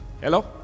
Hello